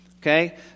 Okay